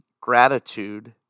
gratitude